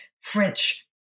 French